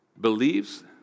Believes